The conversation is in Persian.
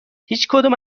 هیچکدوم